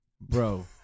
bro